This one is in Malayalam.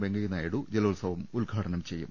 വെങ്കയ്യനായിഡു ജലോത്സവം ഉദ്ഘാടനം ചെയ്യും